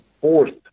fourth